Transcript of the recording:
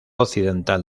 occidental